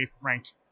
ranked